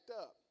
up